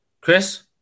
Chris